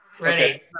Ready